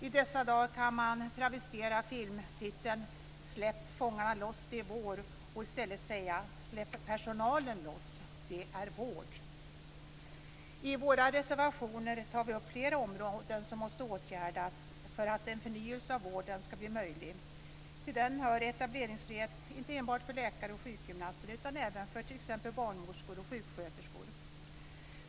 I dessa dagar kan man travestera filmtiteln Släpp fångarne loss, det är vår och i stället säga "Släpp personalen loss, det är vård". I våra reservationer tar vi upp flera områden som måste åtgärdas för att en förnyelse av vården ska bli möjlig. Till den hör etableringsfrihet inte enbart för läkare och sjukgymnaster utan även för t.ex. barnmorskor och sjuksköterskor.